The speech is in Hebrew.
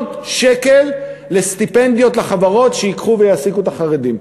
שקל לסטיפנדיות לחברות שייקחו ויעסיקו את החרדים.